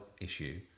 issue